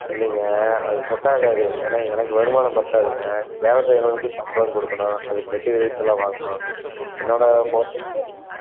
இல்லைங்க அது செட் ஆகாது ஏன்னா எனக்கு வருமானம் பத்தாதுண்ணே வேலை செய்யறவங்களுக்கும் சம்பளம் கொடுக்கணும் அதுக்கு மெட்டிரியல்ஸெல்லாம் வாங்கணும் என்னோட